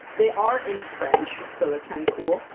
they are in french, so that's kind of cool.